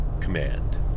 command